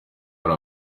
hari